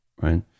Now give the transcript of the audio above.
right